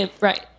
right